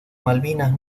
malvinas